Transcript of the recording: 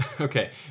Okay